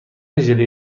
ژله